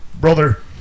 brother